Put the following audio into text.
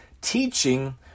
teaching